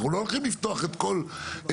אנחנו לא הולכים לפתוח את כל זה.